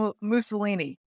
Mussolini